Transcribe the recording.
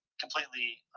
completely